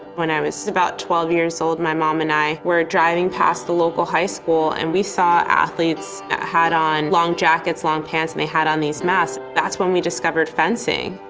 when i was about twelve years old my mom and i were driving past the local high school and we saw athletes that had on long jackets, long pants, and they had on these masks. that's when we discovered fencing.